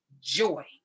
joy